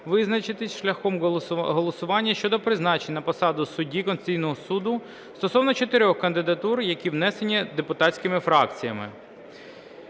визначитися шляхом голосування щодо призначень на посаду судді Конституційного Суду стосовно чотирьох кандидатур, які внесені депутатськими фракціями.